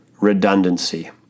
redundancy